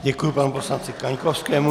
Děkuji panu poslanci Kaňkovskému.